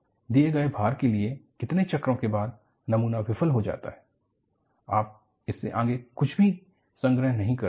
दिए गए भार के लिए कितने चक्रों के बाद नमूना विफल हो जाता है आप इससे आगे कुछ भी संग्रह नहीं करते हैं